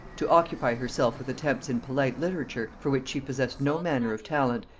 to occupy herself with attempts in polite literature, for which she possessed no manner of talent,